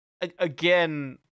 Again